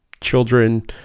children